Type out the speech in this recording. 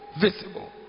visible